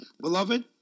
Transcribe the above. beloved